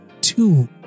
two